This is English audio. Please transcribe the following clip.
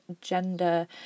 gender